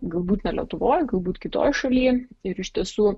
galbūt ne lietuvoj galbūt kitoj šaly ir iš tiesų